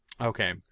Okay